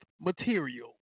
material